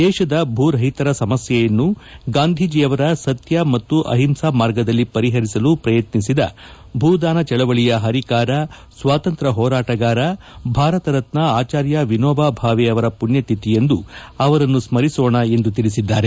ದೇಶದ ಭೂರಹಿತರ ಸಮಸ್ಕೆಯನ್ನು ಗಾಂಧೀಜಿಯವರ ಸತ್ಯ ಮತ್ತು ಅಹಿಂಸಾ ಮಾರ್ಗದಲ್ಲಿ ಪರಿಪರಿಸಲು ಪ್ರಯತ್ನಿಸಿದ ಭೂದಾನ ಚಳವಳಿಯ ಪರಿಕಾರ ಸ್ವಾತಂತ್ರ್ಯ ಹೋರಾಟಗಾರ ಭಾರತರತ್ನ ಅಚಾರ್ಯ ವಿನೋಬಾ ಭಾವೆ ಅವರ ಪುಣ್ಣತಿಥಿಯಂದು ಅವರನ್ನು ಸ್ಮರಿಸೋಣ ಎಂದು ತಿಳಿಸಿದ್ದಾರೆ